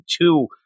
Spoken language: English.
two